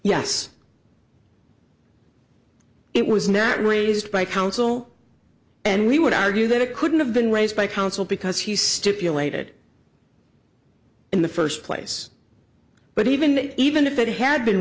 yes it was nat raised by counsel and we would argue that it couldn't have been raised by counsel because he stipulated in the first place but even then even if it had been